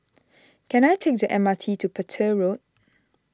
can I take the M R T to Petir Road